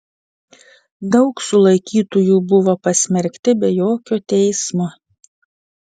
daug sulaikytųjų buvo pasmerkti be jokio teismo